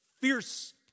fierce